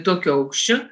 tokio aukščio